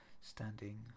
standing